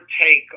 take